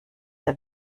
der